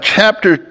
Chapter